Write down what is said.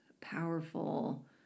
powerful